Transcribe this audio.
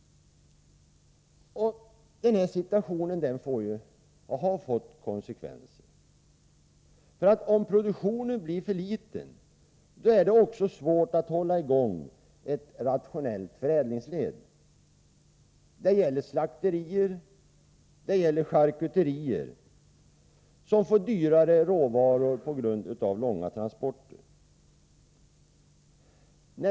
Denna situation har fått och får konsekvenser. Om produktionen blir för liten är det också svårt att hålla i gång ett rationellt förädlingsled. Det gäller slakterier och charkuterier, som får dyrare råvaror på grund av långa transporter.